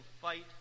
fight